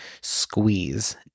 squeeze